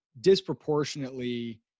disproportionately